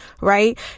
right